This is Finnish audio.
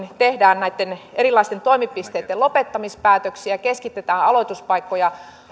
tehdään näitten erilaisten toimipisteitten lopettamispäätöksiä ja keskitetään aloituspaikkoja